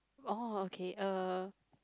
oh okay uh